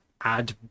add